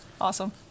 awesome